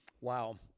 Wow